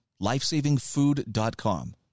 lifesavingfood.com